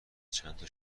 چندتا